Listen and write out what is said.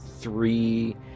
Three